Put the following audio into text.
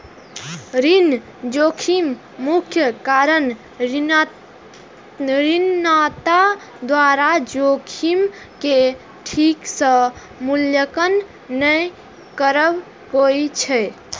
ऋण जोखिम के मुख्य कारण ऋणदाता द्वारा जोखिम के ठीक सं मूल्यांकन नहि करब होइ छै